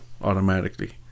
automatically